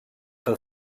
del